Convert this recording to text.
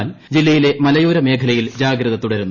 എന്നാൽ ജില്ലയിലെ മലയോര മേഖലയിൽ ജാഗ്രത തുടരുന്നു